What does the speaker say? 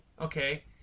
okay